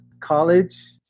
College